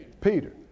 Peter